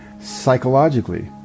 psychologically